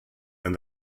and